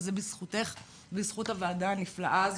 וזה בזכותך ובזכות הוועדה הנפלאה הזו.